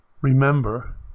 Remember